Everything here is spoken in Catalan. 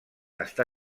està